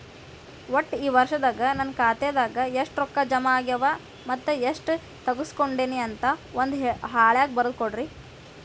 ಒಟ್ಟ ಈ ವರ್ಷದಾಗ ನನ್ನ ಖಾತೆದಾಗ ಎಷ್ಟ ರೊಕ್ಕ ಜಮಾ ಆಗ್ಯಾವ ಮತ್ತ ಎಷ್ಟ ತಗಸ್ಕೊಂಡೇನಿ ಅಂತ ಒಂದ್ ಹಾಳ್ಯಾಗ ಬರದ ಕೊಡ್ರಿ